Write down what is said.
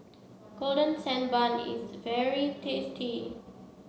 Golden Sand Bun is very tasty